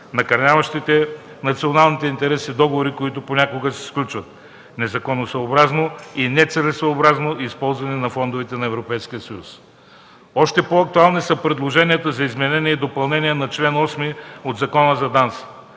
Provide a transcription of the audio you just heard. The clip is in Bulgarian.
накърняващите националните интереси и договори, които понякога се сключват; незаконосъобразно и нецелесъобразно използване на фондовете на Европейския съюз. Още по-актуални са предложенията за изменение и допълнение на чл. 8 от Закона за ДАНС.